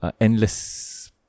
endless